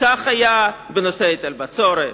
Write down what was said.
כך היה בנושא היטל הבצורת,